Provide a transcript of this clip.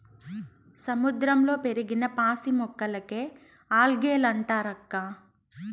సముద్రంలో పెరిగిన పాసి మొక్కలకే ఆల్గే లంటారక్కా